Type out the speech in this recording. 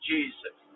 Jesus